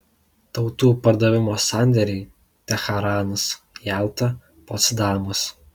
tautų pardavimo sandėriai teheranas jalta potsdamas